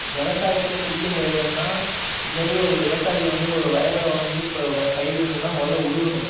விவசாயத்துல புதிய முறைகள்னா முன்னாடி ஒரு விவசாயி வந்து ஒரு வயல்ல வந்து இப்போ பயிரிடணும்னா முதல்ல உழுகணும்